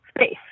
space